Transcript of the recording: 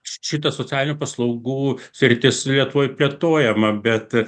šitą socialinių paslaugų sritis lietuvoj plėtojama bet